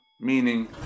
meaning